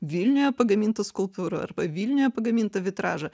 vilniuje pagamintą skulptūrą arba vilniuje pagamintą vitražą